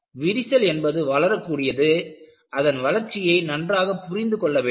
விரிசல் என்பது வளரக்கூடியது அதன் வளர்ச்சியை நன்றாக புரிந்து கொள்ள வேண்டும்